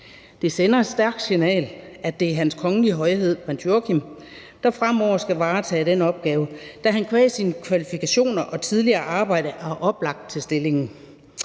Det sender et stærkt signal, at det er Hans Kongelige Højhed Prins Joachim, der fremover skal varetage den opgave, da han qua sine kvalifikationer og tidligere arbejde var oplagt til stillingen.